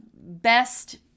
best